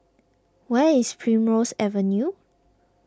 where is Primrose Avenue